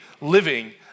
living